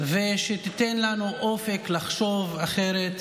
ושהיא תיתן לנו אופק לחשוב אחרת